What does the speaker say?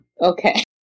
Okay